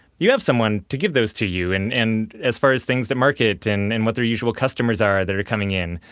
you have someone to give those to you, and and as far as things to market and and what their usual customers are that are coming in.